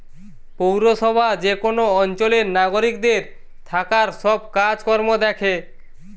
পৌরসভা যে কোন অঞ্চলের নাগরিকদের থাকার সব কাজ কর্ম দ্যাখে